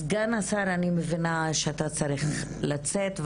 סגן השר, אני מבינה שאתה צריך לצאת.